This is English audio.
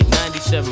97